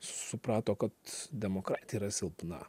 suprato kad demokratija yra silpna